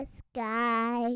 sky